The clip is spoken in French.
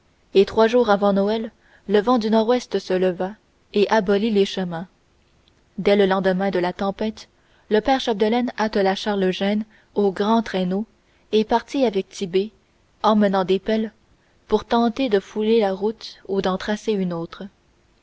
et trois jours avant noël le vent du nord-ouest se leva et abolit les chemins dès le lendemain de la tempête le père chapdelaine attela charles eugène au grand traîneau et partit avec tit'bé emmenant des pelles pour tenter de fouler la route ou d'en tracer une autre